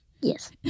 Yes